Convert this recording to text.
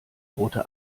rote